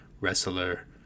wrestler